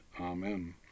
Amen